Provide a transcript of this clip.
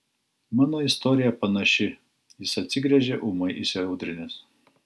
mano istorija panaši jis atsigręžė ūmai įsiaudrinęs